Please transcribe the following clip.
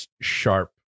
sharp